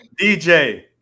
dj